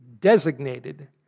designated